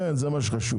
כן, זה מה שהיה חשוב.